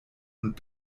und